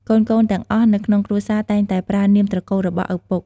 កូនៗទាំងអស់នៅក្នុងគ្រួសារតែងតែប្រើនាមត្រកូលរបស់ឪពុក ។